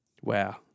Wow